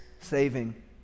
saving